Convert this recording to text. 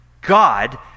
God